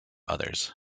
others